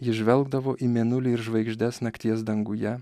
jis žvelgdavo į mėnulį ir žvaigždes nakties danguje